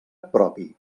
propi